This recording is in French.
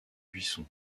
buisson